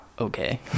Okay